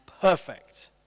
perfect